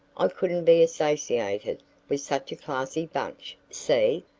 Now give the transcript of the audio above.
i couldn't be associated with such a classy bunch see?